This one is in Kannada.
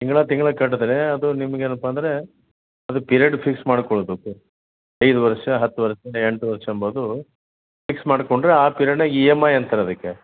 ತಿಂಗ್ಳಾ ತಿಂಗ್ಳಾ ಕಟ್ಟಿದ್ರೆ ಅದು ನಿಮಗೇನಪ್ಪಾ ಅಂದರೆ ಅದು ಪಿರಿಯಡ್ ಫಿಕ್ಸ್ ಮಾಡಿಕೊಳ್ಬೇಕು ಐದು ವರ್ಷ ಹತ್ತು ವರ್ಷ ಎಂಟು ವರ್ಷ ಅಂಬುದು ಫಿಕ್ಸ್ ಮಾಡಿಕೊಂಡ್ರೆ ಆ ಪಿರಿಯಡ್ನಾಗ ಇ ಎಮ್ ಐ ಅಂತರೆ ಅದಕ್ಕೆ